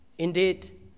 Indeed